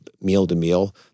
meal-to-meal